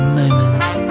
moments